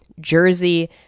Jersey